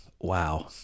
Wow